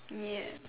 ya